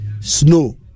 snow